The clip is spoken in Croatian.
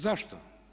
Zašto?